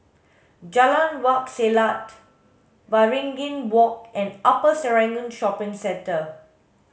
Jalan Wak Selat Waringin Walk and Upper Serangoon Shopping Centre